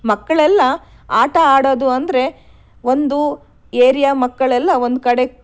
ಮಕ್ಕಳೆಲ್ಲ ಆಟ ಆಡೋದು ಅಂದರೆ ಒಂದು ಏರಿಯಾ ಮಕ್ಕಳೆಲ್ಲ ಒಂದು ಕಡೆ